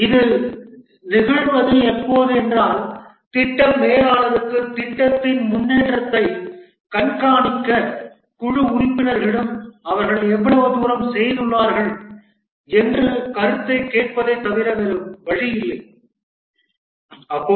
இது நிகழ்வது எப்போது என்றால் திட்ட மேலாளருக்கு திட்டத்தின் முன்னேற்றத்தைக் கண்காணிக்க குழு உறுப்பினர்களிடம் அவர்கள் எவ்வளவு தூரம் செய்துள்ளார்கள் என்று கருத்தை கேட்பதைத் தவிர வேறு வழியில்லை போது